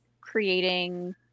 creating